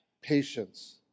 Patience